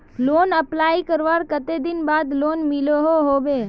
Loan apply करवार कते दिन बाद लोन मिलोहो होबे?